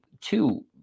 two